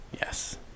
Yes